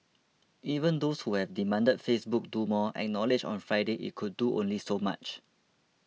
even those who have demanded Facebook do more acknowledged on Friday it could do only so much